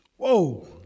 Whoa